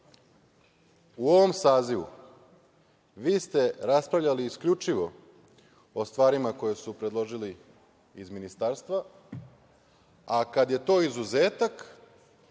u ovom sazivu vi ste raspravljali isključivo o stvarima koje su predložili iz Ministarstva, a kada je to izuzetak